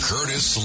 Curtis